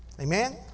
Amen